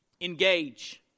engage